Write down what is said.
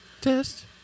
Test